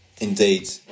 Indeed